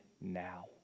now